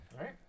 Right